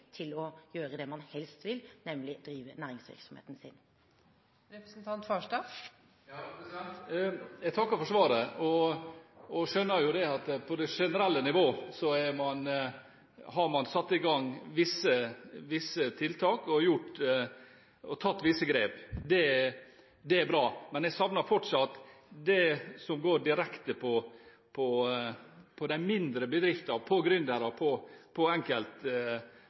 til å gjøre det man helst vil, nemlig å drive næringsvirksomheten sin. Jeg takker for svaret. Jeg skjønner at man på det generelle nivå har satt i gang visse tiltak og tatt visse grep. Det er bra, men jeg savner fortsatt det som går direkte på de mindre bedriftene, på gründere og på enkeltpersonforetak. Så vil jeg gjerne i tillegg trekke fram behovet for at det blir satset spesielt på